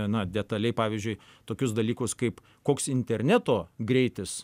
gana detaliai pavyzdžiui tokius dalykus kaip koks interneto greitis